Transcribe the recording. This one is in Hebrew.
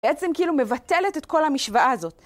בעצם כאילו מבטלת את כל המשוואה הזאת.